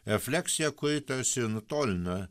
refleksija kuri tarsi nutolina